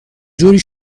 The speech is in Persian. جوری